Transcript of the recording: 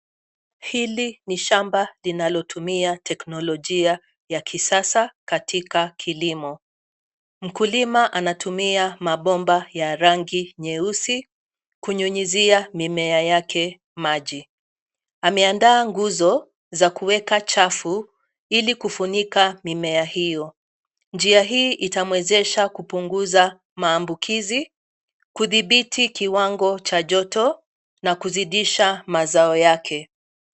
Hili ni shamba linalotumia teknolojia ya kisasa katika kilimo. Mkulima anatumia mabomba ya rangi nyeusi, kunyunyizia mimea yake maji. Ameandaa nguzo za kueka chafu, ili kufunika mimea hiyo. Njia hii itamwezesha kupunguza maambukizi , kudhibiti kiwango cha joto na kuzidisha mazao yake.